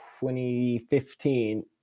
2015